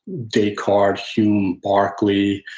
descartes, hume, berkeley,